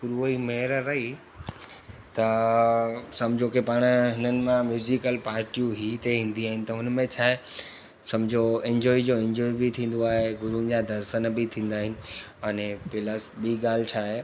गुरूअ जी महिर अथई त समुझो के पाण हिननि मां म्यूज़िकल पाटियूं ई त ईंदियूं आहिनि त हुन में छाहे समुझो इंजॉए जो इंजॉए बि थींदो आहे गुरुनि जा दर्शनु बि थींदा आहिनि अने प्लस ॿीं ॻाल्हि छाहे